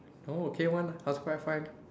no k one